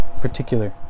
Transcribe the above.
particular